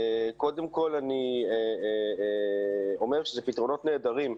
קודם כל אני אומר שאלה פתרונות נהדרים,